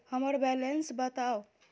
हम्मर बैलेंस बताऊ